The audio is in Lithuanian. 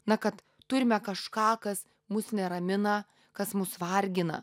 na kad turime kažką kas mus neramina kas mus vargina